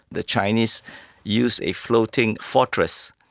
the chinese used a floating fortress.